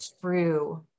true